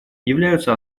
являются